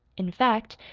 in fact,